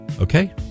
Okay